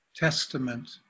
Testament